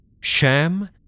Sham